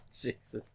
Jesus